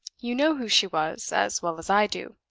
you know who she was as well as i do.